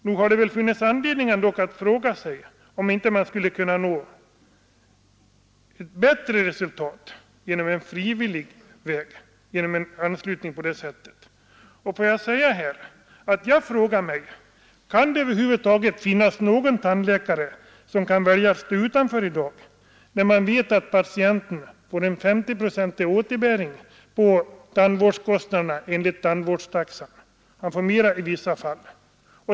Nog hade man väl ändock haft anledning att fråga sig om man inte skulle kunna nå ett bättre resultat genom en anslutning på frivillig väg. Jag frågar mig: Kan det över huvud taget finnas någon tandläkare som kan ställa sig utanför i dag när man vet, att patienten får en S0-procentig återbäring på tandvårdskostnaden enligt tandvårdstaxan, i vissa fall mer?